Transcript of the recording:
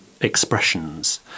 expressions